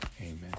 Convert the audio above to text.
Amen